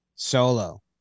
solo